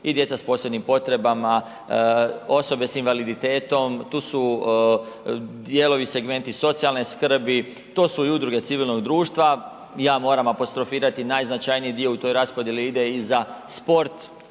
i djeca s posebnim potrebama, osobe s invaliditetom, tu su dijelovi i segmenti socijalne skrbi, to su i udruge civilnog društva i ja moram apostrofirati najznačajniji dio u toj raspodjeli ide i za sport,